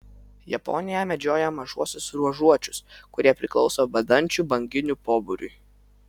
japonija medžioja mažuosiuos ruožuočius kurie priklauso bedančių banginių pobūriui